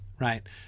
right